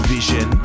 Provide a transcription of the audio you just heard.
Vision